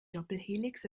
doppelhelix